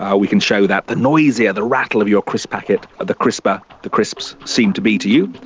ah we can show that the noisier the rattle of your crisp packet, the crisper the crisps seem to be to you.